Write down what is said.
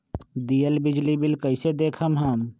दियल बिजली बिल कइसे देखम हम?